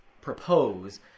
propose